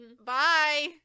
bye